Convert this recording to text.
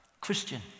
Christian